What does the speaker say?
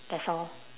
that's all